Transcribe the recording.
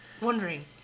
wondering